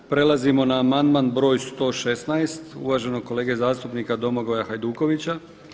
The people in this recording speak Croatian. Prelazimo na amandman br. 116. uvaženog kolege zastupnika Domagoja Hajdukovića.